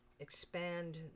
expand